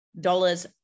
dollars